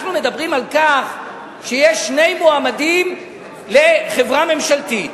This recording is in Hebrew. אנחנו מדברים על כך שיש שני מועמדים לחברה ממשלתית,